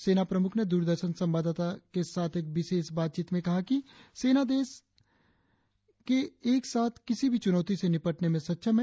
सेना प्रमुख ने द्रदर्शन संवाददाता के एक विशेष बातचीत में कहा कि सेना देश एक साथ किसी भी चुनौती से निपटने में सक्षम हैं